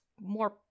more